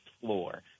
floor